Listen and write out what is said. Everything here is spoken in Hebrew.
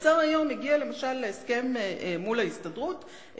האוצר היום הגיע למשל להסכם מול ההסתדרות,